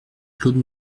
claude